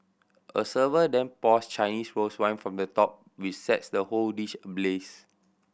a server then pours Chinese rose wine from the top which sets the whole dish ablaze